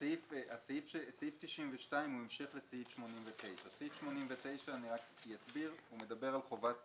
סעיף 92 הוא המשך לסעיף 89. סעיף 89 מדבר על חובת סודיות,